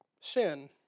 Sin